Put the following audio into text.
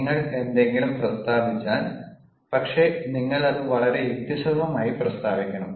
നിങ്ങൾ എന്തെങ്കിലും പ്രസ്താവിച്ചാൽ പക്ഷേ നിങ്ങൾ അത് വളരെ യുക്തിസഹമായി പ്രസ്താവിക്കണം